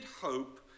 hope